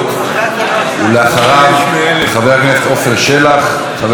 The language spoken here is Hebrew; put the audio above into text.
אחריו, חבר הכנסת עפר שלח, חבר הכנסת מאיר כהן,